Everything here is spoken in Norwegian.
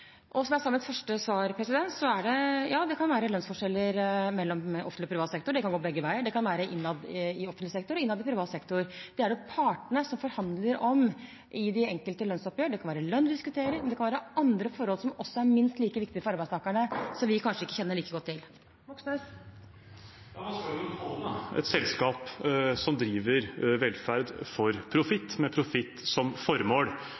Som jeg sa i mitt første svar, kan det være lønnsforskjeller mellom offentlig og privat sektor. Det kan gå begge veier, det kan være innad i offentlig sektor og innad i privat sektor. Det er det partene som forhandler om, i de enkelte lønnsoppgjør. Det kan være lønn de diskuterer, men det kan også være andre forhold som er minst like viktige for arbeidstakerne, og som vi kanskje ikke kjenner like godt til. Det blir oppfølgingsspørsmål – først Bjørnar Moxnes. Hva skal vi nå kalle det, da – et selskap som driver velferd for